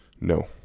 No